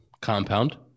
compound